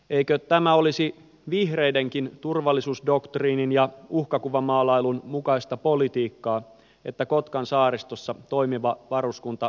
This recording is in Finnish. eikö tämä olisi vihreidenkin turvallisuusdoktriinin ja uhkakuvamaalailun mukaista politiikkaa että kotkan saaristossa toimiva varuskunta säilytettäisiin